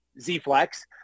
Z-Flex